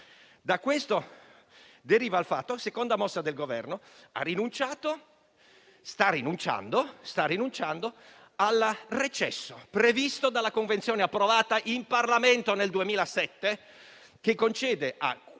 Da questo deriva la seconda mossa del Governo, che sta rinunciando al diritto di recesso previsto dalla convenzione approvata in Parlamento nel 2007, che concede a